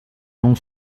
non